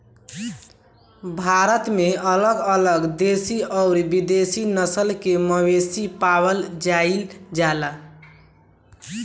भारत में अलग अलग देशी अउरी विदेशी नस्ल के मवेशी पावल जाइल जाला